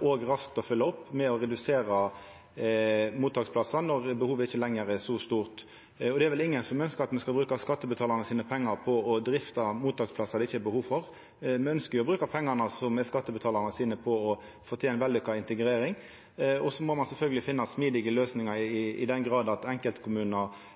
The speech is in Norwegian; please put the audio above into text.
og raskt å følgja opp med å redusera talet på mottaksplassar når behovet ikkje lenger er så stort. Det er vel ingen som ønskjer at me skal bruka skattebetalarane sine pengar på å drifta mottaksplassar det ikkje er behov for. Me ønskjer å bruka pengane til skattebetalarane på å få til ei vellukka integrering. Så må ein sjølvsagt finna smidige løysingar i den grad enkeltkommunar